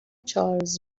چارلز